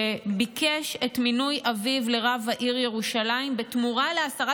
שביקש את מינוי אביו לרב העיר ירושלים בתמורה להסרת